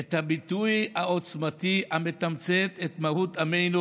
את הביטוי העוצמתי המתמצת את מהות עמנו